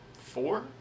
four